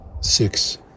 six